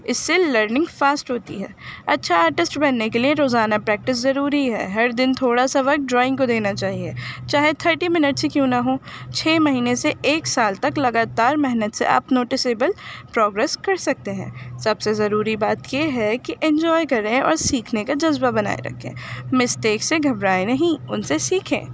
اس سے learning fast ہوتی ہے اچھا آرٹسٹ بننے کے لیے روزانہ پریکٹس ضروری ہے ہر دن تھوڑا سا وقت ڈرائنگ کو دینا چاہیے چاہے تھرٹی منٹس ہی کیوں نہ ہووں چھ مہینے سے ایک سال تک لگاتار محنت سے آپ نوٹیسیبل پروگریس کر سکتے ہیں سب سے ضروری بات یہ ہے کہ انجوائے کریں اور سیکھنے کا جذبہ بنائے رکھیں مسٹیک سے گھبرائے نہیں ان سے سیکھیں